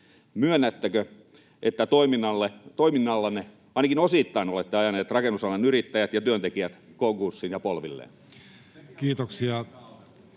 myönnättekö, että toiminnallanne ainakin osittain olette ajaneet rakennusalan yrittäjät ja työntekijät konkurssiin ja polvilleen? Kiitoksia.